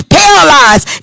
paralyzed